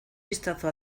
vistazo